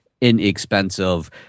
inexpensive